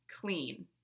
clean